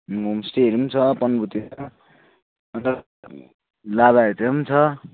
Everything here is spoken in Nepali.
होमस्टेहरू पनि छ पनबूतिर अन्त लाभाहरूतिर पनि छ